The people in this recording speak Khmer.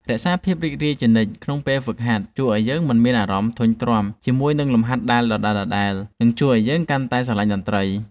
រក្សាភាពរីករាយជានិច្ចក្នុងពេលហ្វឹកហាត់ជួយឱ្យយើងមិនមានអារម្មណ៍ធុញទ្រាន់ជាមួយនឹងលំហាត់ដែលដដែលៗ និងជួយឱ្យយើងកាន់តែស្រឡាញ់តន្ត្រី។